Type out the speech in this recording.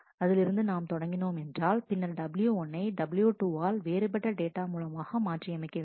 இதிலிருந்து நாம் தொடங்கினோம் என்றால் பின்னர் W1 னை W2 ஆல் வேறுபட்ட டேட்டா மூலமாக மாற்றியமைக்க வேண்டும்